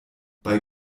bei